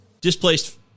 displaced